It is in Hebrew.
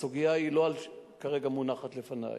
הסוגיה כרגע לא מונחת לפני,